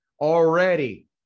already